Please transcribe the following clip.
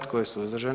Tko je suzdržan?